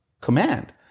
command